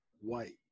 white